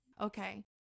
Okay